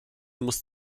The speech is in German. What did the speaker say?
muss